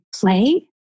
play